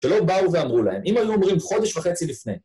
‫ולא באו ואמרו להם. ‫אם היו אומרים חודש וחצי לפני.